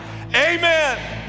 amen